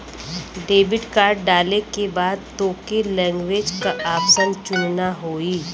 debit card डाले के बाद तोके लैंग्वेज क ऑप्शन चुनना होई